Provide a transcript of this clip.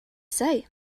say